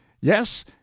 Yes